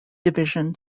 division